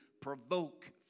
provoke